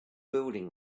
building